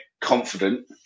confident